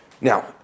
now